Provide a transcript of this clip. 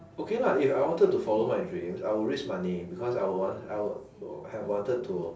okay lah if I wanted to follow my dreams I'll risk money because I would want I would have wanted to